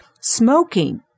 Smoking